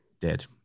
dead